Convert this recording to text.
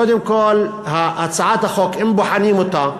קודם כול, הצעת החוק, אם בוחנים אותה,